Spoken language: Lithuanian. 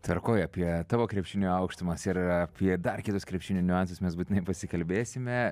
tvarkoj apie tavo krepšinio aukštumas ir apie dar kitus krepšinio niuansus mes būtinai pasikalbėsime